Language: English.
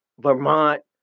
Vermont